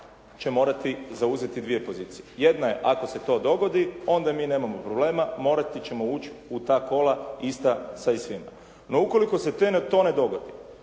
će morati zauzeti dvije pozicije. Jedna je, ako se to dogodi onda mi nemamo problema, morati ćemo ući u ta kola ista sa i svima. No, ukoliko se to ne dogodi